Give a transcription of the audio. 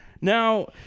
Now